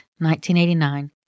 1989